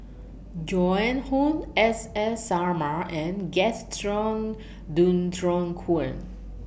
Joan Hon S S Sarma and Gaston Dutronquoy